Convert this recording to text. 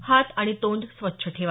हात आणि तोंड स्वच्छ ठेवा